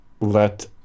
let